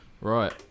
right